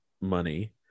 money